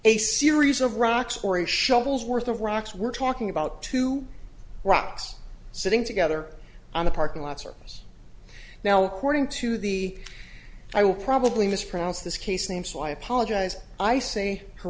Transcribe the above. a series of rocks or a shovels worth of rocks we're talking about two rocks sitting together on a parking lots or now according to the i will probably mispronounced this case name so i apologize i say her